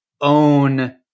own